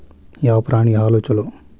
ಯಾವ ಪ್ರಾಣಿ ಹಾಲು ಛಲೋ?